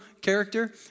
character